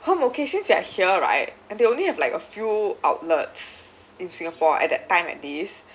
hmm okay since we're here right and they only have like a few outlets in singapore at that time at least